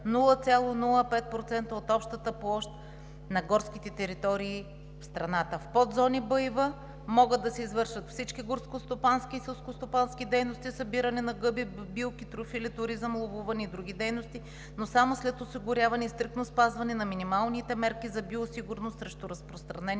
0,05% от общата площ на горските територии в страната. В подзони Б и В могат да се извършат всички горскостопански и селскостопански дейности – събиране на гъби, билки, трюфели, туризъм, ловуване и други дейности, но само след осигуряване и стриктно спазване на минималните мерки за биосигурност срещу разпространението